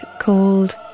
called